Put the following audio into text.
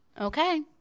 Okay